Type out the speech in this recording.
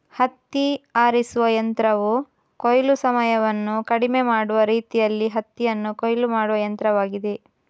ಹತ್ತಿ ಆರಿಸುವ ಯಂತ್ರವು ಕೊಯ್ಲು ಸಮಯವನ್ನು ಕಡಿಮೆ ಮಾಡುವ ರೀತಿಯಲ್ಲಿ ಹತ್ತಿಯನ್ನು ಕೊಯ್ಲು ಮಾಡುವ ಯಂತ್ರವಾಗಿದೆ